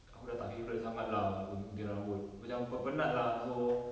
aku dah tak favourite sangat lah gunting gunting rambut macam buat penat lah so